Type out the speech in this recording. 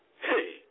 Hey